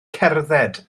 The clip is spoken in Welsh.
cerdded